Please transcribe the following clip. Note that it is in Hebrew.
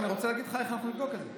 אני רוצה להגיד לך איך אנחנו נבדוק את זה.